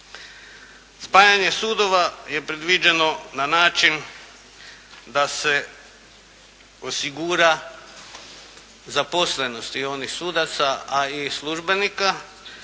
Spajanje sudova je predviđeno na način da se osigura zaposlenost i onih sudaca a i službenika